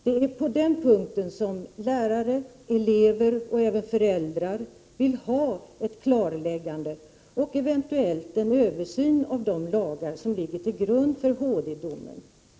Det är på den punkten som lärare, elever och även föräldrar vill ha ett klarläggande, och eventuellt en översyn av de lagar som ligger till grund för domen i högsta domstolen.